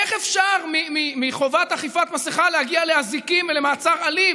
איך אפשר מחובת חבישת מסכה להגיע לאזיקים ולמעצר אלים?